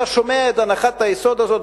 אתה שומע את הנחת היסוד הזאת,